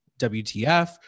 WTF